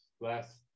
last